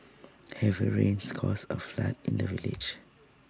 heavy rains caused A flood in the village